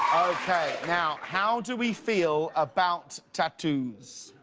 okay. now, how do we feel about tattoos?